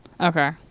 Okay